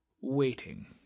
waiting